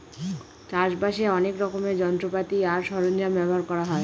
চাষ বাসে অনেক রকমের যন্ত্রপাতি আর সরঞ্জাম ব্যবহার করা হয়